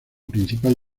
principal